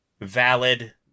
valid